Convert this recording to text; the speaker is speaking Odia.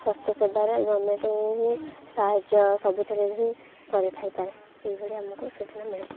ସ୍ୱାସ୍ଥ୍ୟସେବାରେ ଗଭର୍ଣ୍ଣମେଣ୍ଟ୍ ହିଁ ହିଁ ସାହାଯ୍ୟ ସବୁଥିରେ ହିଁ କରିଥାଇପାରେ ଏହିଭଳି ଆମକୁ ସୂଚନା ମିଳେ